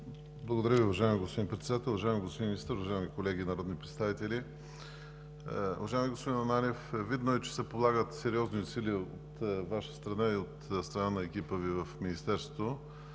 Благодаря Ви, уважаеми господин Председател. Уважаеми господин Министър, уважаеми колеги народни представители! Уважаеми господин Ананиев, видно е, че се полагат сериозни усилия от Ваша страна и от страна на екипа Ви в Министерството.